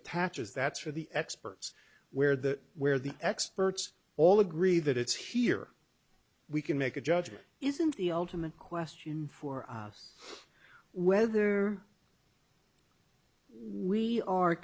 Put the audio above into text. attaches that's for the experts where that where the experts all agree that it's here we can make a judgment isn't the ultimate question for us whether we are